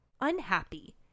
unhappy